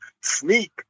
sneak